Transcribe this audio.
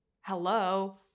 Hello